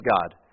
God